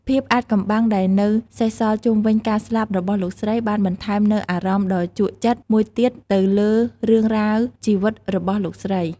ភាពអាថ៌កំបាំងដែលនៅសេសសល់ជុំវិញការស្លាប់របស់លោកស្រី បានបន្ថែមនូវ អារម្មណ៍ដ៏ជក់ចិត្ត មួយទៀតទៅលើរឿងរ៉ាវជីវិតរបស់លោកស្រី។